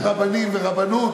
שריח של רבנים ורבנות נודף ממנו.